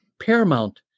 paramount